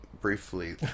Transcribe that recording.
briefly